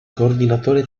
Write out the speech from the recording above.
coordinatore